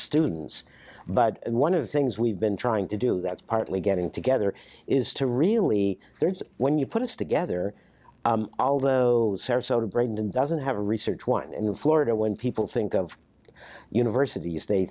students but one of the things we've been trying to do that's partly getting together is to really thirds when you put us together although sarasota brain doesn't have a research one in florida when people think of universities they